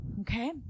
Okay